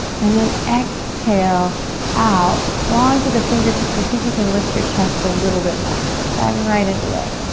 and then exhale out, claw into the fingertips and see if you can lift your chest a little bit more. so we're diving right in today.